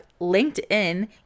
linkedin